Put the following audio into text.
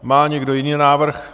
Má někdo jiný návrh?